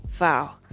wow